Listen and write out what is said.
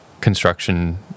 construction